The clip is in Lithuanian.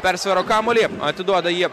persivaro kamuolį atiduoda jį